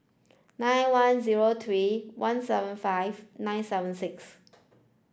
nine one zero three one seven five nine seven six